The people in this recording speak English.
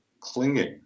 clinging